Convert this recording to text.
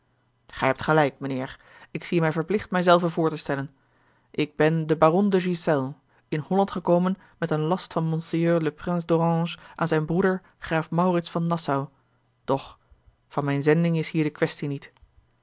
gij hebt gelijk mijnheer ik zie mij verplicht mij zelven voor te stellen ik ben de baron de ghiselles in holland gekomen met een last van monseigneur le prince d'orange aan zijn broeder graaf maurits van nassau doch van mijne zending is hier de quaestie niet